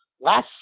Last